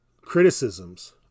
criticisms